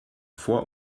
vor